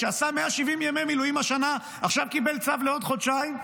שעשה 170 ימי מילואים השנה ועכשיו קיבל צו לעוד חודשיים,